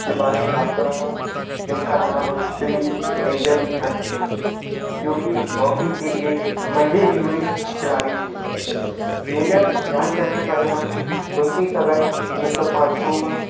के बारे में बात करुँगा जिनका नाम है श्री मेजर ध्यानचन्द्र जो कि हॉकी के एक मंझे हुए खिलाड़ी थे मेजर ध्यानचन्द्र का जन्म उनतीस अगस्त उन्नीस सौ पाँच को हुआ